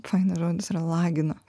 fainas žodis yra lagina